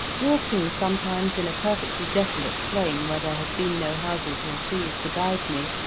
walking sometimes in a perfectly desolate plain where there have been no houses nor trees to guide me,